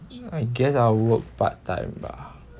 I guess I'll work part time bah